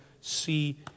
see